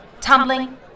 Tumbling